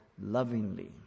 lovingly